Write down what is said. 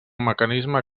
mecanisme